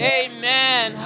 amen